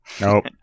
Nope